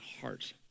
heart